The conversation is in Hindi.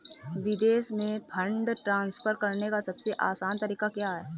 विदेश में फंड ट्रांसफर करने का सबसे आसान तरीका क्या है?